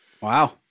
wow